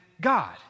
God